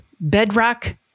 bedrock